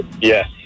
Yes